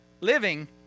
Living